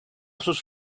sus